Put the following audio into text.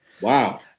Wow